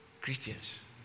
Christians